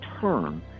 term